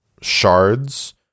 shards